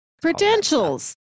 Credentials